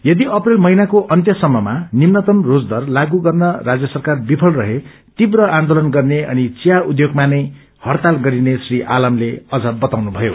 यदि अप्रेल महिनाको अन्त सम्पमा निम्न रोजदर लागू गर्ने राजय सरकार विफल रहे तीव्र आन्दोलन गर्ने अनि चिया उध्योगमा नै हड़ताल गरिने श्री आलमले अझ बताउनुभयो